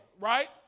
right